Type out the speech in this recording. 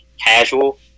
casual